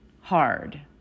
hard